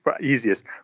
easiest